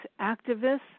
activists